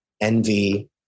envy